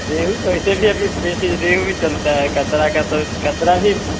रेहू तो ऐसे भी अभी वैसे रेहू ही चलता है कतरा का तो कतरा भी